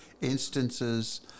Instances